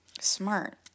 Smart